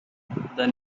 the